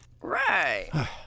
Right